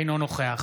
אינו נוכח